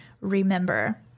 remember